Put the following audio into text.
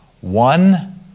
one